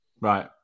right